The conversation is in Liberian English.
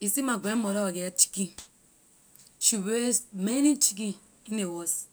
You see my grandmother wor get chicken she raise many chicken in ley house